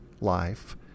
life